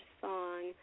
song